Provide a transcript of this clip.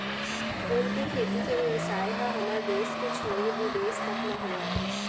फूल के खेती के बेवसाय ह हमर देस के छोड़े बिदेस तक म होवत हे